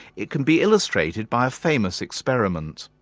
it can be illustrated by a famous experiment.